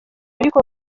ariko